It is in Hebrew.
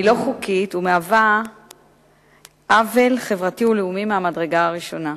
היא לא חוקית ומהווה עוול חברתי ולאומי מהמדרגה הראשונה.